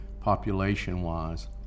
population-wise